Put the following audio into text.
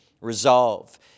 resolve